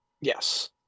yes